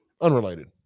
unrelated